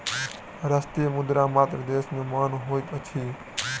राष्ट्रीय मुद्रा मात्र देश में मान्य होइत अछि